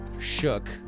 shook